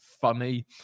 funny